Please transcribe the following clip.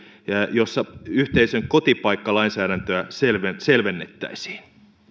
jossa yhteisön kotipaikkalainsäädäntöä selvennettäisiin